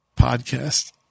podcast